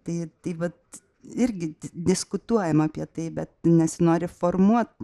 tai tai vat irgi diskutuojam apie tai bet nesinori formuot